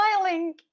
smiling